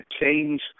change